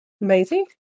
Amazing